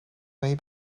way